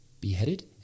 beheaded